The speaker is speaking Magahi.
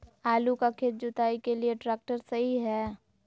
आलू का खेत जुताई के लिए ट्रैक्टर सही है?